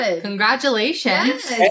congratulations